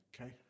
Okay